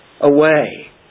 away